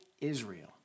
Israel